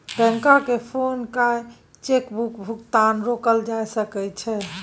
बैंककेँ फोन कए चेकक भुगतान रोकल जा सकै छै